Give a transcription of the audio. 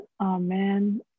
Amen